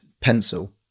pencil